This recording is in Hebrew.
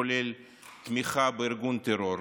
כולל תמיכה בארגון טרור,